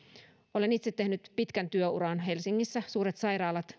olen itse tehnyt pitkän työuran helsingissä suurissa sairaaloissa